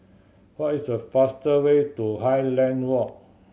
what is the faster way to Highland Walk